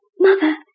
Mother